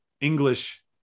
English